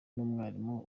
n’umwarimu